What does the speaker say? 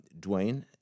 Dwayne